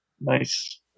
Nice